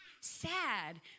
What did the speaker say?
Sad